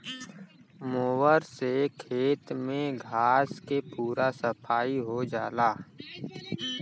mower से खेत में घास के पूरा सफाई हो जाला